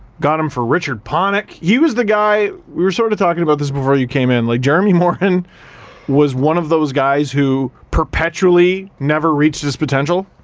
got him for richard panik. he was the guy, we were sort of talking about this before you came in, like jeremy morin was one of those guys who perpetually never reached his potential.